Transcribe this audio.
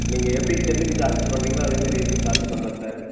நீங்கள் எப்படி செல்லுக்கு சார்ஜ் பண்ணுறீங்களோ அதே மாதிரி இதுக்கும் சார்ஜ் பண்ணலாம் சார்